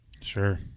Sure